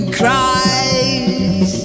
cries